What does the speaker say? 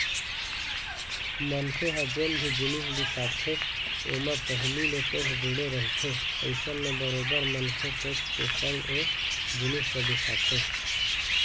मनखे ह जेन भी जिनिस बिसाथे ओमा पहिली ले टेक्स जुड़े रहिथे अइसन म बरोबर मनखे टेक्स के संग ओ जिनिस ल बिसाथे